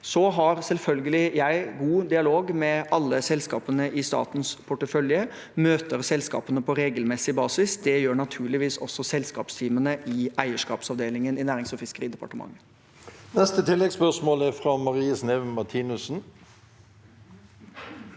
Så har jeg selvfølgelig god dialog med alle selskapene i statens portefølje og møter selskapene på regelmessig basis. Det gjør naturligvis også selskapsteamene i eierskapsavdelingen i Nærings- og fiskeridepartementet. Marie Sneve Martinussen